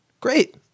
Great